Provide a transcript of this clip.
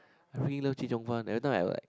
I really love chee-cheong-fun every time I'm like